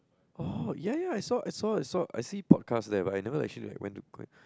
!oh! ya ya I saw I saw I saw I see podcast there but I never actually like went to